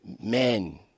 men